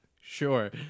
Sure